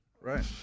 right